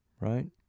right